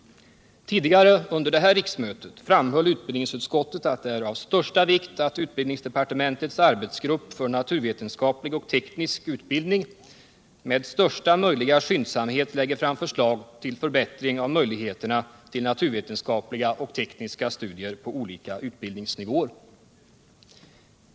Tidigare under innevarande riksmöte framhöll utbildningsutskottet att det är ”av största vikt” att utbildningsdepartementets arbetsgrupp för naturvetenskaplig och teknisk utbildning med ”största möjliga skyndsamhet lägger fram förslag till förbättring av möjligheterna till naturvetenskapliga och tekniska studier på olika utbildningsnivåer”.